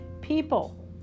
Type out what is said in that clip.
people